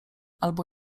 albo